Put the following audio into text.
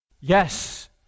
Yes